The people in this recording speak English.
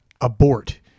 Abort